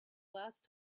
last